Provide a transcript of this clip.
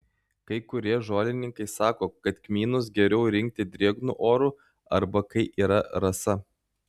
kai kurie žolininkai sako kad kmynus geriau rinkti drėgnu oru arba kai yra rasa